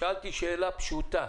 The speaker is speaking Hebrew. שאלתי שאלה פשוטה.